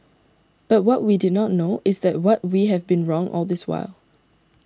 but what we did not know is that what we have been wrong all this while